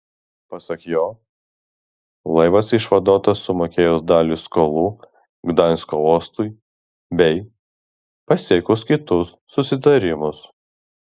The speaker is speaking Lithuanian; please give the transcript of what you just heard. pasak jo laivas išvaduotas sumokėjus dalį skolų gdansko uostui bei pasiekus kitus susitarimus